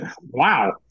wow